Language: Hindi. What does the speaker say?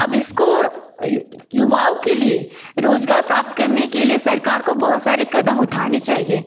अब इसको युवाओं के लिए रोज़गार प्राप्त करने के लिए सरकार को बहुत सारे कदम उठाने चाहिए